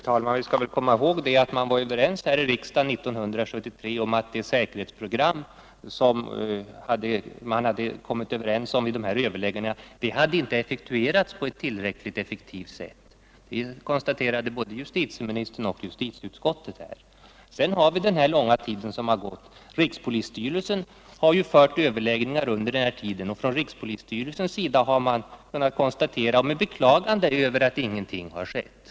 Herr talman! Vi skall komma ihåg att vi här i riksdagen 1973 var överens om att det säkerhetsprogram som man kommit fram till vid de förda överläggningarna inte hade effektuerats på ett tillfredsställande sätt. Det konstaterade ju både justitieministern och justitieutskottet. Under den tid som gått sedan dess har rikspolisstyrelsen fört överläggningar med olika organ men med beklagande konstaterat att inga egentliga åtgärder vidtagits.